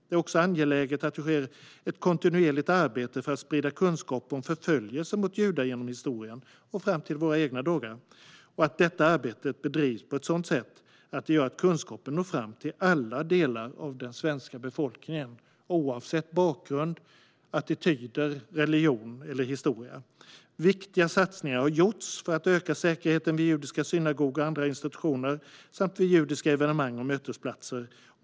Det är också angeläget att det sker ett kontinuerligt arbete för att sprida kunskap om förföljelsen mot judar genom historien och fram till våra egna dagar och att detta arbete bedrivs på ett sätt som gör att kunskapen når fram till alla delar av den svenska befolkningen oavsett bakgrund, attityder, religion eller historia. Viktiga satsningar har gjorts för att öka säkerheten vid judiska synagogor och andra institutioner samt vid judiska evenemang och mötesplatser.